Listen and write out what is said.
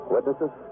Witnesses